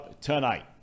tonight